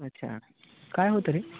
अच्छा काय होतं अरे